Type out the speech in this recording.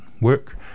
work